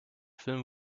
film